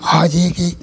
आज है कि